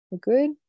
Good